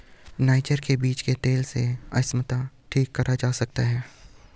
niger के बीज के तेल से अस्थमा ठीक करा जा सकता है